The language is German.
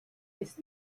ist